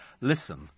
Listen